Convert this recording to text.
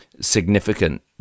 significant